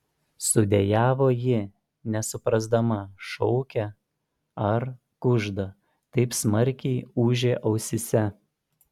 sudejavo ji nesuprasdama šaukia ar kužda taip smarkiai ūžė ausyse